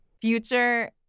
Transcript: future